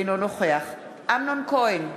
אינו נוכח אמנון כהן,